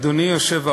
האם החוק הזה יחול,